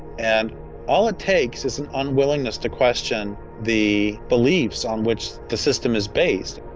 and all it takes is an unwillingness to question the beliefs on which the system is based.